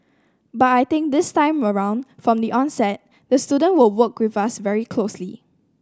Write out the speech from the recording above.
but I think this time around from the onset the student will work with us very closely